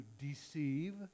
deceive